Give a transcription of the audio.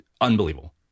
unbelievable